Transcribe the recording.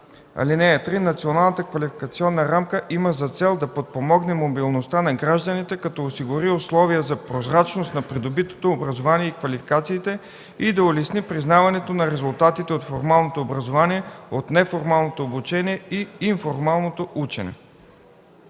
(3) Националната квалификационна рамка има за цел да подпомогне мобилността на гражданите, като осигури условия за прозрачност на придобитото образование и квалификациите и да улесни признаването на резултатите от формалното образование, от неформалното обучение и от информалното учене.”